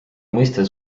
mõiste